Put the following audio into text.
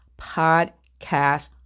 podcast